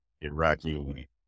Iraqi